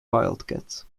wildcats